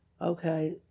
Okay